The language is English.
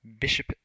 Bishop